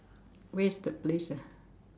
where's the place ah